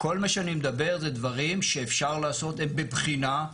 כל מה שאני מדבר זה דברים שאפשר לעשות, בבחינה.